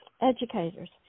educators